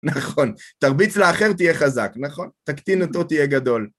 נכון, תרביץ לאחר תהיה חזק, נכון? תקטין אותו תהיה גדול.